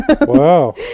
Wow